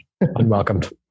Unwelcomed